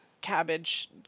cabbage